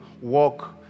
walk